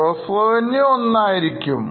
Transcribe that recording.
Gross Revenue ഒന്ന് ആയിരിക്കും